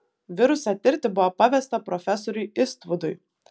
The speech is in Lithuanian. virusą tirti buvo pavesta profesoriui istvudui